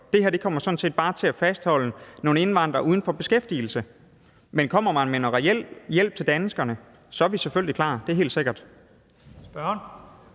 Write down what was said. Det her kommer sådan set bare til at fastholde nogle indvandrere uden for beskæftigelse. Men kommer man med noget reel hjælp til danskerne, er vi selvfølgelig klar; det er helt sikkert.